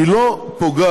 היא לא פוגעת,